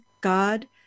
God